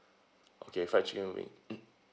okay fried chicken wing mm